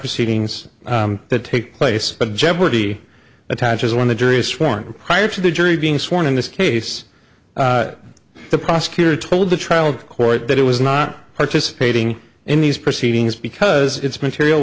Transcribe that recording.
proceedings that take place but jeopardy attaches when the jury is sworn prior to the jury being sworn in this case the prosecutor told the trial court that it was not participating in these proceedings because it's material